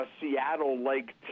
Seattle-like